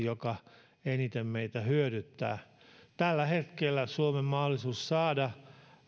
joka eniten meitä hyödyttää tällä hetkellä suomen mahdollisuus saada